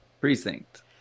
Precinct